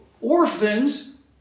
orphans